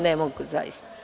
Ne mogu zaista.